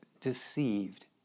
deceived